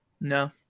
no